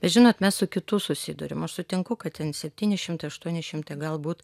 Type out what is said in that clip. žinot mes su kitu susiduriam aš sutinku kad ten septyni šimtai aštuoni šimtai galbūt